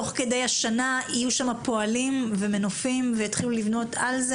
תוך כדי השנה יהיו שם פועלים ומנופים ויתחילו לבנות מעל הגן?